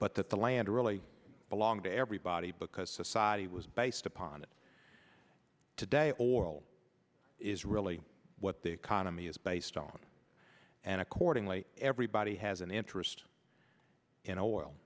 that the land really belonged to everybody because society was based upon it today oral is really what the economy is based don and accordingly everybody has an interest in o